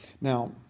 Now